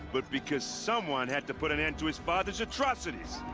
but because someone had to put an end to his father's atrocities!